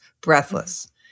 breathless